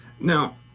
Now